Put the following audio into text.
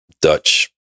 dutch